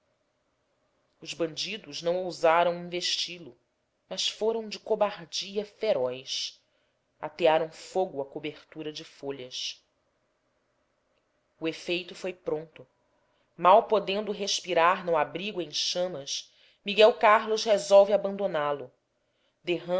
os bandidos não ousaram investi lo mas foram de cobardia feroz atearam fogo à cobertura de folhas o efeito foi pronto mal podendo respirar no abrigo em chamas miguel carlos resolve abandoná-lo derrama